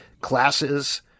classes